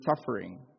suffering